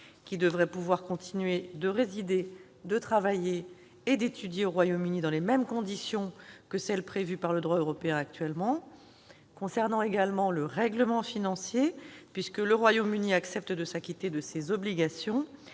qui devraient pouvoir continuer de résider, de travailler et d'étudier au Royaume-Uni dans les mêmes conditions que celles qui sont prévues par le droit européen actuellement. Cela concerne également le règlement financier, puisque le Royaume-Uni accepte de s'acquitter de ses obligations.